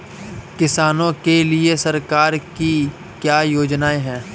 किसानों के लिए सरकार की क्या योजनाएं हैं?